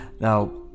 Now